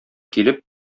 килеп